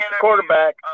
quarterback